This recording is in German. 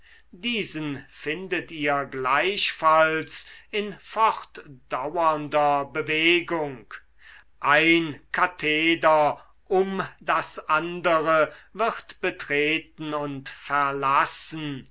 diesen findet ihr gleichfalls in fortdauernder bewegung ein katheder um das andere wird betreten und verlassen